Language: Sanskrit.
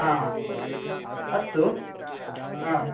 आम् अस्तु अ